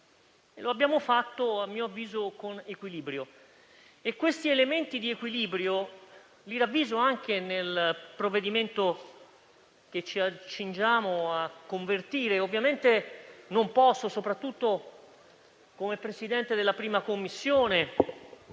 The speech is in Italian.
l'abbiamo fatto a mio avviso con equilibrio. Questi elementi di equilibrio li ravviso anche nel provvedimento che ci accingiamo a convertire. Ovviamente non posso, soprattutto come Presidente della 1a Commissione,